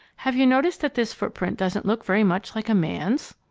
have you noticed that this footprint doesn't look very much like a man's?